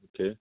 okay